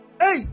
Hey